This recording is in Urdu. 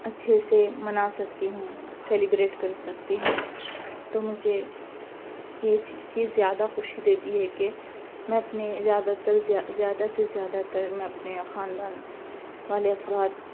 اچھے سے منا سکتی ہوں سیلیبریٹ کر سکتی ہوں تو مجھے یہ یہ زیادہ خوشی دیتی ہے کہ میں اپنے زیادہ تر زیادہ سے زیادہ تر میں اپنے خاندان والے افراد